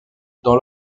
dans